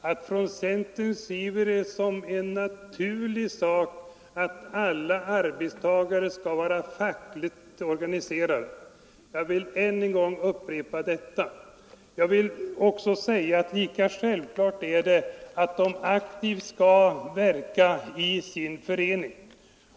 att från centern ser vi det som en naturlig sak att alla arbetstagare skall vara fackligt organiserade. Lika självklart är att de aktivt skall verka i sin förening.